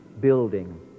building